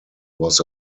was